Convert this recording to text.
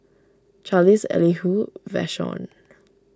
Charlize Elihu Vashon